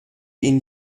ihnen